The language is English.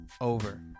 over